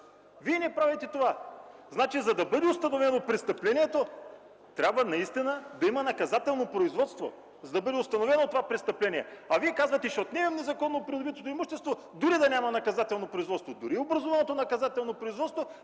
Вие не правите това! Значи за да бъде установено престъплението, трябва наистина да има наказателно производство, за да бъде установено това престъпление! А Вие казвате: „Ще отнемем незаконно придобитото имущество, дори да няма наказателно производство; дори образуваното наказателно производство